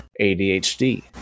ADHD